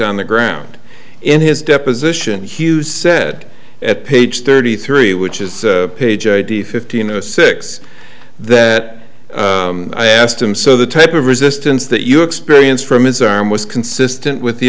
on the ground in his deposition hughes said at page thirty three which is page id fifteen of the six that i asked him so the type of resistance that you experienced from his arm was consistent with the